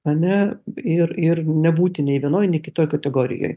ane ir ir nebūti nei vienoj nei kitoje kategorijoj